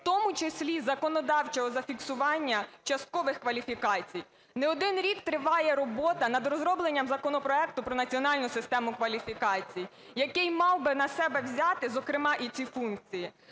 в тому числі законодавчого зафіксування часткових кваліфікацій. Не один рік триває робота над розробленням законопроекту про Національну систему кваліфікацій, який мав би на себе взяти зокрема і ці функції.